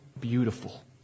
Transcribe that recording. beautiful